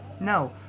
no